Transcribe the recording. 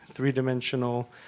three-dimensional